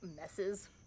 messes